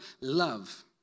love